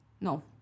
No